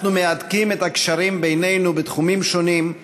אנחנו מהדקים את הקשרים בינינו בתחומים שונים,